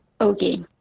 Okay